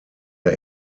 der